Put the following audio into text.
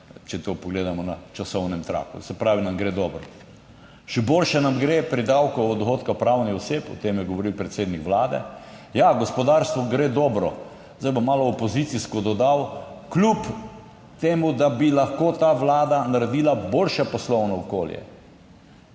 če to pogledamo na časovnem traku. Se pravi nam gre dobro. Še boljše nam gre pri davku od dohodka pravnih oseb. O tem je govoril predsednik Vlade. Ja, gospodarstvu gre dobro. Zdaj bom malo opozicijsko dodal, Kljub temu, da bi lahko ta Vlada naredila boljše poslovno okolje.